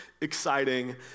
exciting